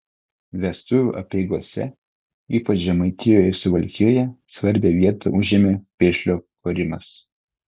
vestuvių apeigose ypač žemaitijoje ir suvalkijoje svarbią vietą užėmė piršlio korimas